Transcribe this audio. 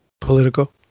Political